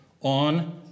on